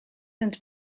and